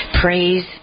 praise